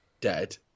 dead